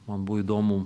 man buvo įdomu